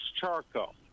charcoal